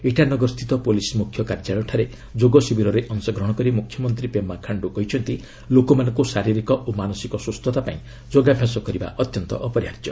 ଇଟାନଗର ସ୍ଥିତ ପୁଲିସ୍ ମୁଖ୍ୟ କାର୍ଯ୍ୟାଳୟଠାରେ ଯୋଗ ଶିବିରରେ ଅଂଶଗ୍ରହଣ କରି ମୁଖ୍ୟମନ୍ତ୍ରୀ ପେମା ଖାଣ୍ଡୁ କହିଛନ୍ତି ଲୋକମାନଙ୍କୁ ଶାରୀରିକ ଓ ମାନସିକ ସ୍ୱସ୍ଥତାପାଇଁ ଯୋଗାଭ୍ୟାସ କରିବା ଅତ୍ୟନ୍ତ ଅପରିହାର୍ଯ୍ୟ